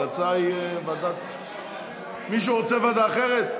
ההמלצה היא ועדת, מישהו רוצה ועדה אחרת?